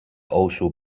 also